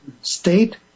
State